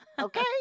Okay